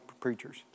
preachers